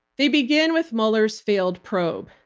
they begin with mueller's failed probe.